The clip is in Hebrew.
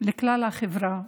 לכלל החברה.